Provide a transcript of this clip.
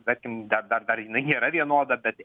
tarkim dar dar dar jinai nėra vienoda bet